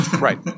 right